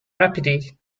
rapidity